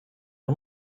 nie